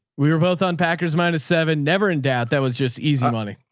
we were both on packers minus seven, never in doubt. that was just easy money.